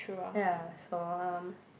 ya so um